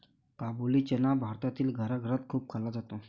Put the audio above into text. काबुली चना भारतातील घराघरात खूप खाल्ला जातो